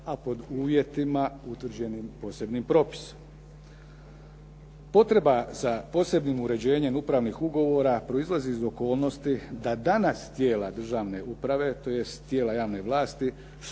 a pod uvjetima utvrđeni posebnim propisom. Potreba za posebnim uređenjem upravnih ugovora proizlazi iz okolnosti da danas tijela državne uprave, tj. tijela javne vlasti